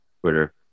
twitter